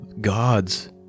gods